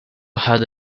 had